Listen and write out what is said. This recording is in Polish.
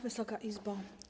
Wysoka Izbo!